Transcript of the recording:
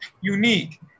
unique